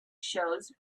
shows